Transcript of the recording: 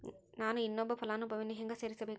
ನಾನು ಇನ್ನೊಬ್ಬ ಫಲಾನುಭವಿಯನ್ನು ಹೆಂಗ ಸೇರಿಸಬೇಕು?